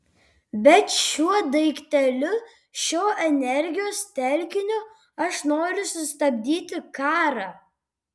bet šiuo daikteliu šiuo energijos telkiniu aš noriu sustabdyti karą